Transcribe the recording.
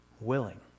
willing